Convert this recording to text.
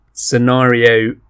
scenario